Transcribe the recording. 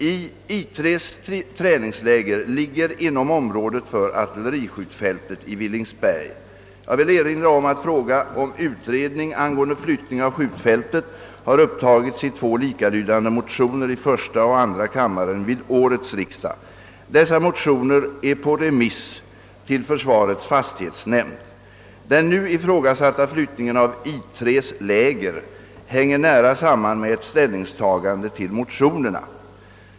I 3:s träningsläger ligger inom området för artilleriskjutfältet i Villingsberg. Jag vill erinra om att fråga om utredning angånde flyttning av skjutfältet har upptagits i två likalydande motioner i första och andra kammaren vid årets riksdag. Dessa motioner är på remiss till försvarets fastighetsnämnd. Den nu ifrågasatta flyttningen av I3:s läger hänger nära samman med ett ställningstagande till motionerna.